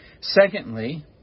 Secondly